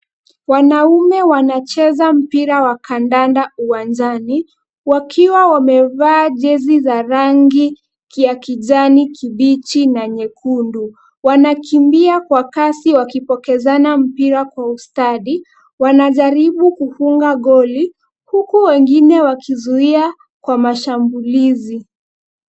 Wanaume wanacheza mpira wa kandanda uwanjani, wakiwa wamevaa jezi za rangi ya kijani kibichi na nyekundu. Wanakimbia kwa kasi wakipokezana mpira kwa ustadi, wanajaribu kufunga goli huku wengine wakizuia kwa mashambulizi.